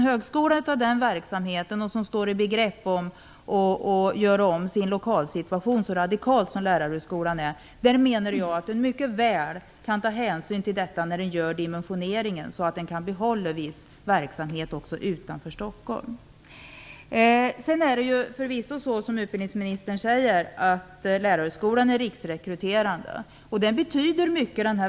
Jag menar att Lärarhögskolan, som står i begrepp att så radikalt förändra sin lokalsituation, mycket väl skulle kunna ta hänsyn till detta när man gör dimensioneringen, så att en viss verksamhet också kan behållas utanför Stockholm. Lärarhögskolan är, som utbildningsministern säger, riksrekryterande.